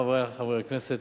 חברי הכנסת,